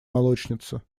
молочница